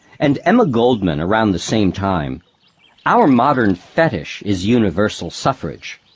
and emma goldman around the same time our modern fetish is universal suffrage.